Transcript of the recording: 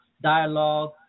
dialogue